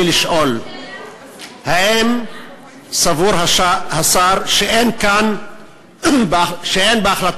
האם השר לא פוגע